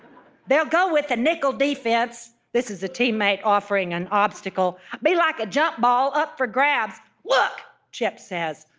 they'll go with a nickel defense this is a teammate offering an obstacle. be like a jump ball, up for grabs look chip says,